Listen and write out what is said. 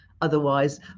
Otherwise